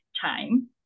time